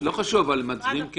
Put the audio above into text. לא חשוב, אבל כן מצביעים?